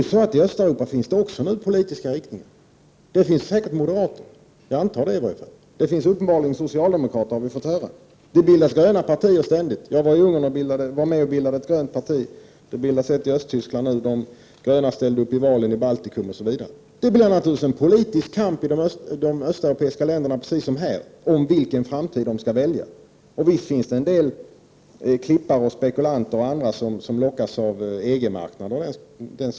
Också i Östeuropa finns det nu olika politiska riktningar. Det finns säkert moderater — åtminstone antar jag det. Vi har fått höra att det finns socialdemokrater. Det bildas ständigt gröna partier. Jag har varit i Ungern och varit med om att bilda ett grönt parti. Nu bildas ett i Östtyskland. De gröna ställde uppi valen i Baltikum. Det blir naturligtvis en politisk kamp i de östeuropeiska länderna, precis som här, om vilken framtid de skall välja. Visst finns det en del klippare, spekulanter och andra som lockas av EG-marknaden.